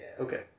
okay